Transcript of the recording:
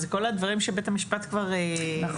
זה כל הדברים שבית המשפט כבר שקל, לא?